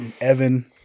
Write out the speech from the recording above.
Evan